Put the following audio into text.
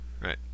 Right